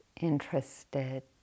interested